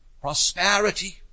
prosperity